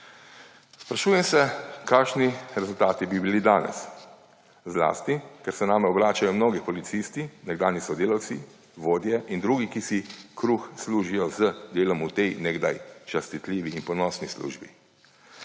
Sprašujem se, kakšni rezultati bi bili danes, zlasti ker se name obračajo mnogi policisti, nekdanji sodelavci, vodje in drugi, ki si kruh služijo z delom v tej nekdaj častitljivi in ponosni službi.